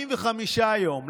45 יום,